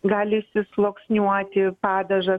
gali išsisluoksniuoti padažas